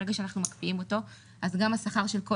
ברגע שאנחנו מקפיאים אותו אז גם השכר של כל